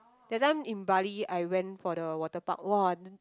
that time in bali I went for the water park !wah!